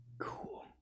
cool